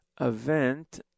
event